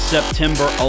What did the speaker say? September